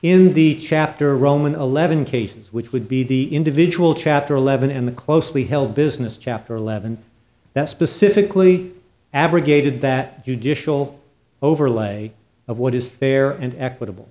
in the chapter roman eleven cases which would be the individual chapter eleven and the closely held business chapter eleven that specifically abrogated that you dish will overlay of what is fair and equitable